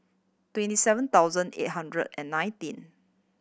twenty seven thousand eight hundred and nineteen